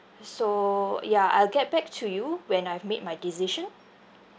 so ya I'll get back to you when I've made my decision